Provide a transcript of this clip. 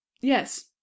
yes